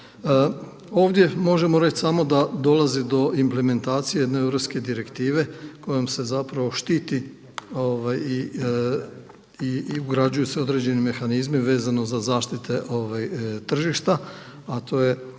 Ovdje možemo reći samo da dolazi do implementacije jedne europske direktive kojom se zapravo štiti i ugrađuju se određeni mehanizmi vezano za zaštite tržišta, a to je